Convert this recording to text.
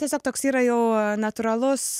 tiesiog toks yra jau natūralus